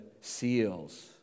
seals